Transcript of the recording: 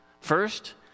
First